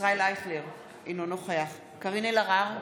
ישראל אייכלר, אינו נוכח קארין אלהרר,